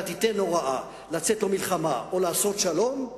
אתה תיתן הוראה לצאת למלחמה או לעשות שלום,